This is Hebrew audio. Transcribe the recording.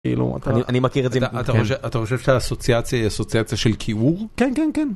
אני מכיר את זה, אתה חושב שהאסוציאציה היא אסוציאציה של כיעור? כן כן כן.